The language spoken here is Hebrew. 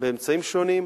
באמצעים שונים,